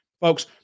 Folks